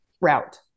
route